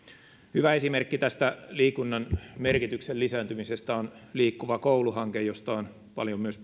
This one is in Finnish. hyvä esimerkki tästä liikunnan merkityksen lisääntymisestä on liikkuva koulu hanke josta on paljon myös